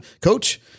coach